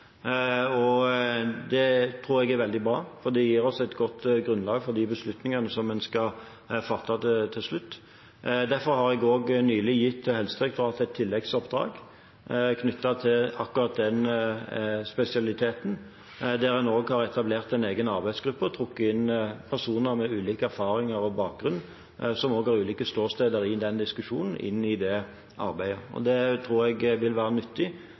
og det tror jeg er veldig bra, for det gir oss et godt grunnlag for de beslutningene som en skal fatte til slutt. Derfor har jeg nylig gitt Helsedirektoratet et tilleggsoppdrag knyttet til akkurat den spesialiteten. En har også opprettet en egen arbeidsgruppe og trukket personer med ulike erfaringer, ulik bakgrunn og ulike ståsteder inn i det arbeidet. Det tror jeg vil være nyttig